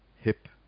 hip